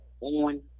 on